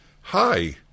Hi